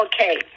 Okay